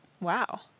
wow